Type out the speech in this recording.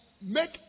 make